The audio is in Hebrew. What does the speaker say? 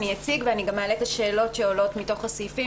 אציג וגם אעלה את השאלות שעולות מתוך הסעיפים